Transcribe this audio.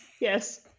yes